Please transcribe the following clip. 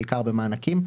בעיקר במענקים,